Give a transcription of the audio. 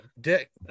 Dick